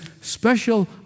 special